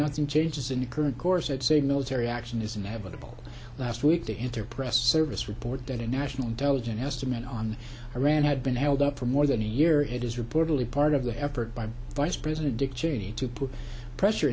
nothing changes in the current course at say a military action is inevitable last week to enter press service report that a national intelligence estimate on iran had been held up for more than a year it is reportedly part of the effort by vice president dick cheney to put pressure